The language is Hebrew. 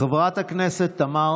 חברת הכנסת תמר